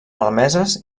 malmeses